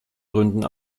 gründen